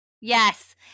Yes